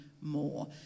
more